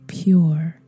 pure